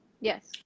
Yes